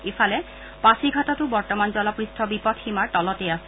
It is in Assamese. ইফালে পাছিঘাটতো বৰ্তমান জলপৃষ্ঠ বিপদসীমাৰ তলতেই আছে